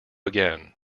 again